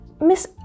Miss